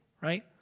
right